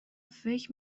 فکر